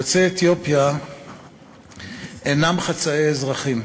יוצאי אתיופיה אינם חצאי אזרחים.